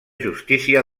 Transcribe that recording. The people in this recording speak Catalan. justícia